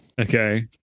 Okay